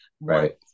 Right